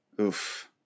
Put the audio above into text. oof